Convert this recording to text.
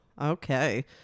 Okay